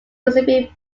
giuseppe